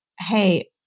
hey